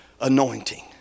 anointing